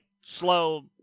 slow